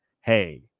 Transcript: hey